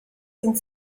sind